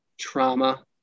trauma